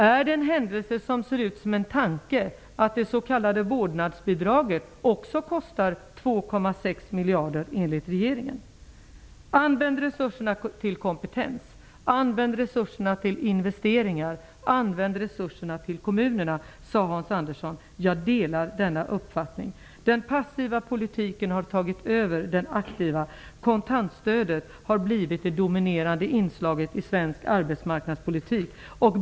Är det en händelse som ser ut som en tanke att det s.k. miljarder? Använd resurserna till att öka kompetensen, använd resurserna till investeringar i kommunerna, sade Hans Andersson. Jag delar denna uppfattning. Den passiva politiken har tagit över den aktiva. Kontantstödet har blivit det dominerande inslaget i svensk arbetsmarknadspolitik.